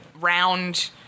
round